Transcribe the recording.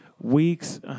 weeks